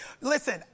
listen